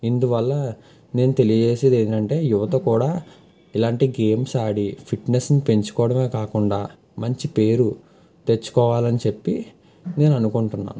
ఇందువల్ల నేను తెలియజేసేదేంటంటే యువత కూడా ఇలాంటి గేమ్స్ ఆడి ఫిట్నెస్ను పెంచుకోవడమే కాకుండా మంచి పేరు తెచ్చుకోవాలని చెప్పి నేను అనుకుంటున్నాను